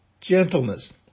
gentleness